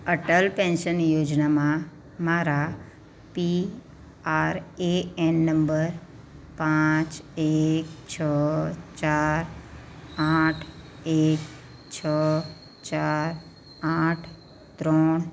Atal pension યોજનામાં મારા P R A N number પાંચ એક છ ચાર આંઠ એક છ ચાર આઠ ત્રણ